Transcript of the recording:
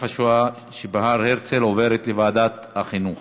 השואה" שבהר-ציון עוברות לוועדת החינוך.